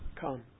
come